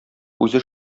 үзе